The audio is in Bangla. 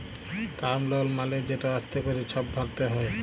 টার্ম লল মালে যেট আস্তে ক্যরে ছব ভরতে হ্যয়